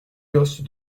gosse